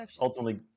ultimately